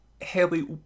Haley